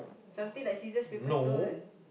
something like scissors paper stone